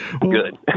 Good